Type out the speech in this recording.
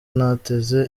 ntateze